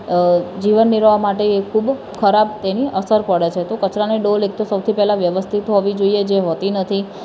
જીવન નિર્વાહ માટે એ ખૂબ ખરાબ તેની અસર પડે છે તો કચરાની ડોલ એક તો સૌથી પહેલાં વ્યવસ્થિત હોવી જોઇએ કે જે હોતી નથી